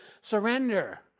surrender